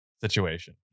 situation